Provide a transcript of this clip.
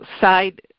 side